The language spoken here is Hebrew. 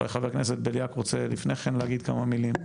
אולי חבר הכנסת בליאק רוצה לפני כן להגיד כמה מילים.